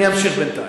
אני אמשיך בינתיים.